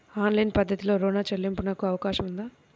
Online పద్ధతిలో రుణ చెల్లింపునకు అవకాశం ఉందా?